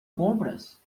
compras